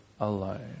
alone